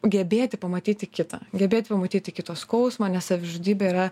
gebėti pamatyti kitą gebėti pamatyti kito skausmą nes savižudybė yra